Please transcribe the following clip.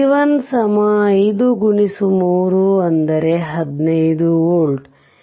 ಆದ್ದರಿಂದ v 1 5 x 3 15 volt